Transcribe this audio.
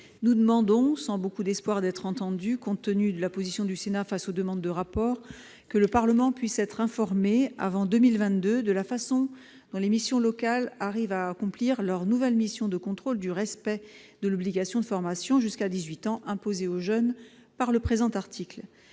Nous demandons, sans beaucoup d'espoir d'être entendus, compte tenu de la position du Sénat face aux demandes de rapports, que le Parlement puisse être informé, avant 2022, de la façon dont les missions locales parviennent à accomplir leur nouvelle mission de contrôle du respect de l'obligation de formation jusqu'à 18 ans imposée aux jeunes par le présent article.